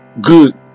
good